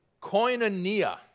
koinonia